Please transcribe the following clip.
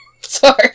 Sorry